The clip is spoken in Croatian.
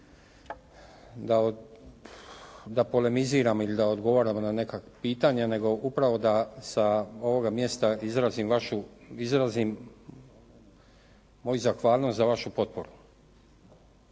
da polemiziram ili da odgovaram na neka pitanja, nego upravo da sa ovoga mjesta izrazim vašu, izrazim moju zahvalnost za vašu potporu.